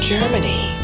Germany